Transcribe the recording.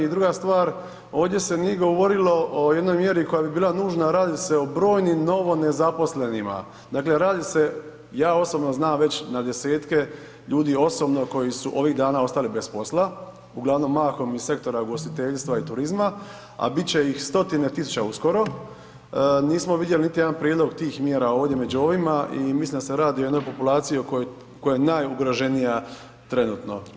I druga stvar, ovdje se nije govorilo o jednoj mjeri koja bi bila nužna, a radi se o brojnim novo nezaposlenima, dakle radi se ja osobno znam već na desetke ljudi osobno koji su ovih dana ostali bez posla, uglavnom mahom iz sektora ugostiteljstva i turizma, a bit će ih stotine tisuća uskoro, nismo vidjeli niti jedan prijedlog tih mjera ovdje među ovima i mislim da se radi o jednoj populaciji koja je najugroženija trenutno.